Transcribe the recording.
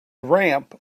ramp